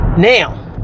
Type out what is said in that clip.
Now